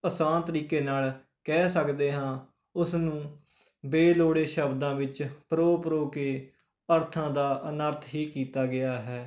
ਅਸਾਨ ਤਰੀਕੇ ਨਾਲ ਕਹਿ ਸਕਦੇ ਹਾਂ ਉਸਨੂੰ ਬੇਲੋੜੇ ਸ਼ਬਦਾਂ ਵਿੱਚ ਪਰੋ ਪਰੋ ਕੇ ਅਰਥਾਂ ਦਾ ਅਨਰਥ ਹੀ ਕੀਤਾ ਗਿਆ ਹੈ